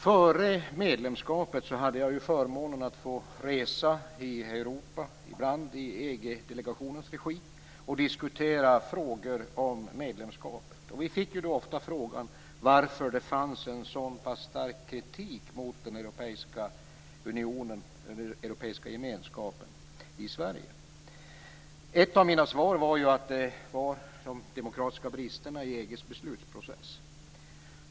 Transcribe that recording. Före medlemskapet hade jag förmånen att få resa i Europa, ibland i EG-delegationens regi, och diskutera frågor om medlemskapet. Vi fick då ofta frågan varför det fanns en så pass stark kritik mot den europeiska gemenskapen i Sverige. Ett av mina svar var att det var de demokratiska bristerna i EG:s beslutsprocess.